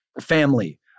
family